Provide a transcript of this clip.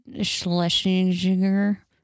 Schlesinger